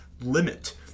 limit